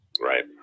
right